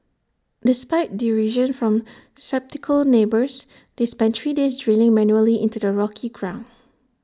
despite derision from sceptical neighbours they spent three days drilling manually into the rocky ground